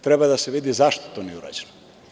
Treba da se vidi zašto to nije urađeno.